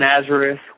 Nazareth